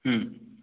হুম